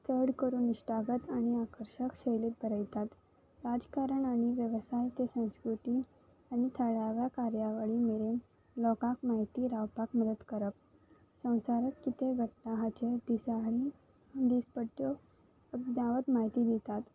चड करून इश्टागत आनी आकर्शक शैलीक बरयतात राजकारण आनी वेवसाय ते संस्कृती आनी थळाव्या कार्यावळी मेरेन लोकांक म्हायती रावपाक मदत करप संवसारत कितें घडटा हाचे दिसाळी दिसपट्ट्यो धांवत म्हायती दितात